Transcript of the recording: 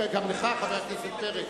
גם לך, חבר הכנסת פרץ.